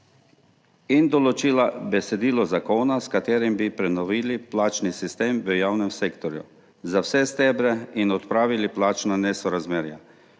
in določila besedilo zakona, s katerim bi prenovili plačni sistem v javnem sektorju za vse stebre in odpravili plačna nesorazmerja.